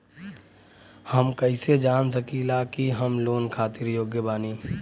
हम कईसे जान सकिला कि हम लोन खातिर योग्य बानी?